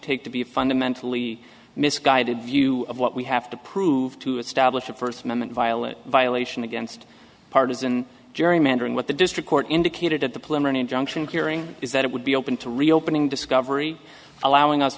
take to be a fundamentally misguided view of what we have to prove to establish a first amendment violent violation against partisan gerrymandering what the district court indicated at the plumber an injunction hearing is that it would be open to reopening discovery allowing us